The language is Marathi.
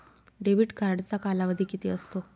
डेबिट कार्डचा कालावधी किती असतो?